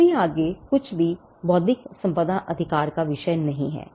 इससे आगे कुछ भी बौद्धिक संपदा अधिकार का विषय नहीं है